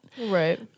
Right